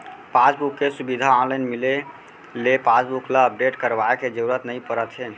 passbook के सुबिधा online मिले ले पासबुक ल अपडेट करवाए के जरूरत नइ परत हे